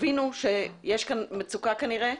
שתבינו שיש פה מצוקה כנראה,